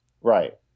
Right